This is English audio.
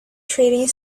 trading